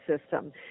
system